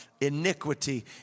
Iniquity